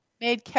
made